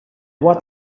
what